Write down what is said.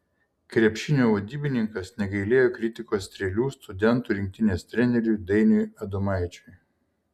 krepšinio vadybininkas negailėjo kritikos strėlių studentų rinktinės treneriui dainiui adomaičiui